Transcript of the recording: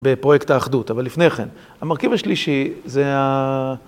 בפרויקט האחדות. אבל לפני כן, המרכיב השלישי זה ה...